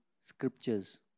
scriptures